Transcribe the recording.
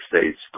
States